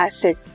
Acid